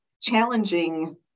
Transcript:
challenging